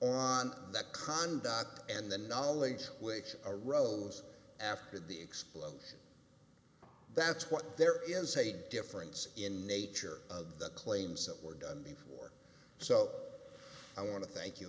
on that conduct and the knowledge which arose after the explosion that's what there is a difference in nature of the claims that were done before so i want to thank you